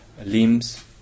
limbs